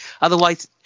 Otherwise